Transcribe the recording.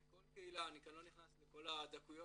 כל קהילה, אני כאן לא נכנס לכל הדקויות.